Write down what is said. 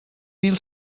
mil